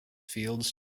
fields